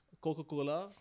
Coca-Cola